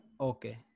okay